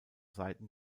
seiten